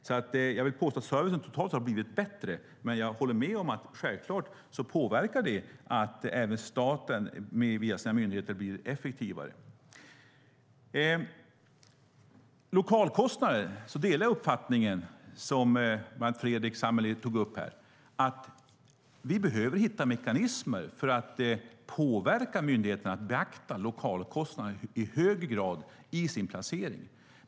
Jag vill alltså påstå att servicen totalt har blivit bättre, men jag håller med om att det självklart påverkar att även staten, via sina myndigheter, blir effektivare. När det gäller lokalkostnader delar jag Fredrik Lundh Sammelis uppfattning att vi behöver hitta mekanismer för att påverka myndigheterna att i högre grad beakta lokalkostnaderna vid placering.